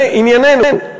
זה ענייננו.